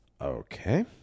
Okay